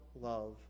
love